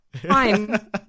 fine